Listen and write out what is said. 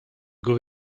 give